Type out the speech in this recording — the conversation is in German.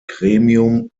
gremium